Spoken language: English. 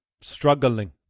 struggling